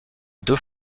deux